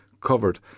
covered